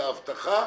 והבטחה